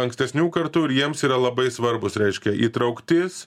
ankstesnių kartų ir jiems yra labai svarbūs reiškia įtrauktis